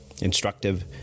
instructive